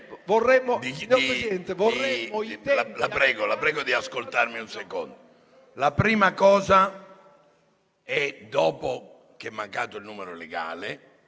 La prego di ascoltarmi un secondo. La prima cosa, dopo che è venuto a mancare il numero legale,